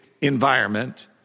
environment